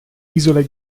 isole